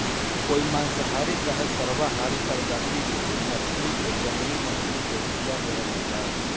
कोई मांसाहारी चाहे सर्वाहारी प्रजाति के मछली के जंगली मछली के खीया देहल जाला